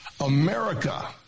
America